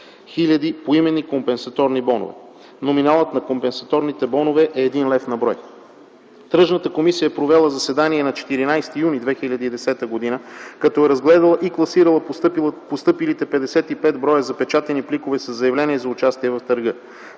хил. поименни компенсаторни бонове. Номиналът на компенсаторните бонове е 1 лев на брой. Тръжната комисия е провела заседание на 14 юни 2010 г., като е разгледала и класирала постъпилите 55 броя запечатани пликове със заявления за участие в търга.